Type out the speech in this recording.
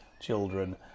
children